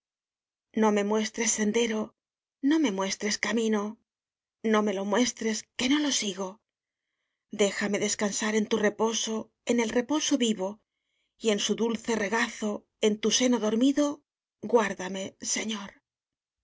no me muestres sendero no me muestres camino no me lo muestres que no lo sigo déjame descansar en tu reposo en el reposo vivo y en su dulce regazo en tu seno dormido guarda me señor